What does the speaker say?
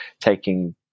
taking